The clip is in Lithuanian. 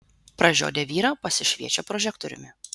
pražiodę vyrą pasišviečia prožektoriumi